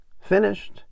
finished